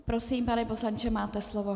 Prosím, pane poslanče, máte slovo.